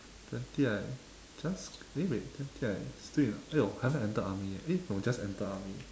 twenty I just eh wait twenty I still in !aiyo! haven't even enter army yet eh no just entered army